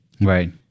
Right